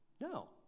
No